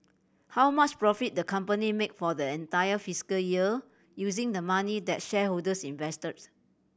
how much profit the company made for the entire fiscal year using the money that shareholders invested